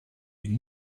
une